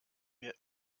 mir